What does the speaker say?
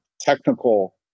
technical